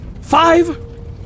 five